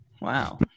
wow